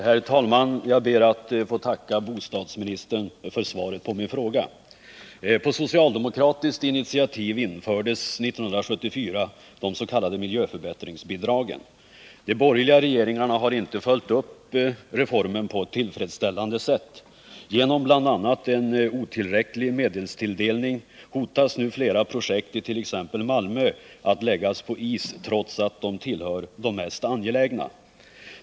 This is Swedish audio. Herr talman! Jag ber att få tacka bostadsministern för svaret på min fråga. På socialdemokratiskt initiativ infördes 1974 de s.k. miljöförbättringsbidragen. De borgerliga regeringarna har inte följt upp reformen på ett tillfredsställande sätt. Genom bl.a. en otillräcklig medelstilldelning hotas nu flera projekt i t.ex. Malmö av att läggas på is, trots att de tillhör de mest angelägna.